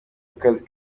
akazi